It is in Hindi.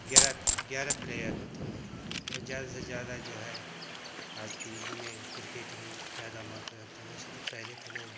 ग्यारह ग्यारह प्लेयर होते हैं और ज़्यादा से ज़्यादा जो है आज के युग में किर्केट ही ज़्यादा महत्व रखती है वैसे तो पहले तो लोग